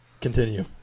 Continue